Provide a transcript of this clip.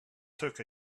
took